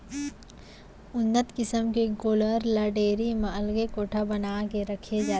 उन्नत किसम के गोल्लर ल डेयरी म अलगे कोठा बना के रखे जाथे